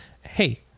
hey